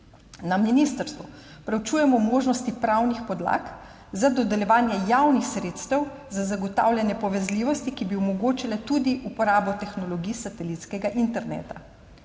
Na ministrstvu preučujemo možnosti pravnih podlag za dodeljevanje javnih sredstev za zagotavljanje povezljivosti, ki bi omogočala tudi uporabo tehnologij satelitskega interneta.